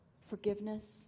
forgiveness